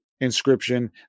inscription